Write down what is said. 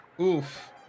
oof